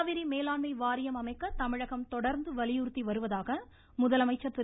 காவிரி மேலாண்மை வாரியம் அமைக்க தமிழகம் தொடர்ந்து வலியுறுத்தி வருவதாக முதலமைச்சர் திரு